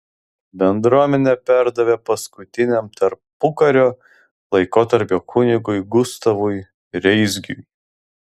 bendruomenę perdavė paskutiniam tarpukario laikotarpio kunigui gustavui reisgiui